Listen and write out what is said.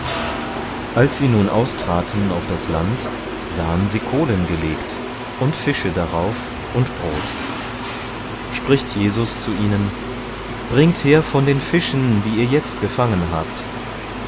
als sie nun austraten auf das land sahen sie kohlen gelegt und fische darauf und brot spricht jesus zu ihnen bringt her von den fischen die ihr jetzt gefangen habt